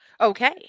Okay